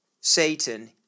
Satan